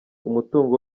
umutungo